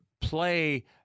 play